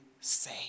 say